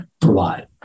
provide